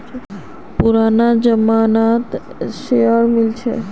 पुराना जमाना त शेयर मिल छील